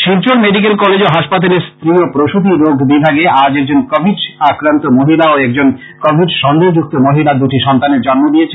Silchar medical college ও হাসপাতালের স্ত্রী ও প্রসৃতী রোগ বিভাগে আজ একজন কোবিড আক্রান্ত মহিলা ও একজন কোবিড সন্দেহযুক্ত মহিলা দুটি সন্তানের জন্ম দিয়েছেন